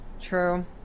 True